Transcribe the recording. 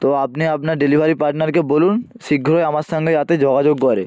তো আপনি আপনার ডেলিভারি পার্টনারকে বলুন শীঘ্রই আমার সঙ্গে যাতে যোগাযোগ করে